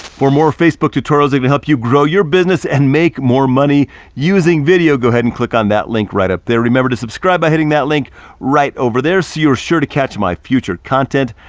for more facebook tutorials that can help you grow your business and make more money using videos, go ahead and click on that link right up there. remember to subscribe by hitting that link right over there so you're sure to catch my future content.